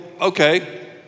okay